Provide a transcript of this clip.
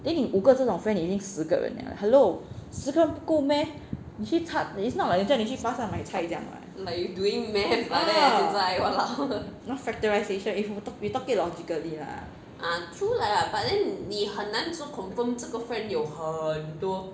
then 你五个这种 friend 你已经十个人 liao hello 十个人不够 meh 你去 it's not like 叫你去巴刹买菜这样 [what] ah factorizations we we talk it logically lah